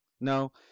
no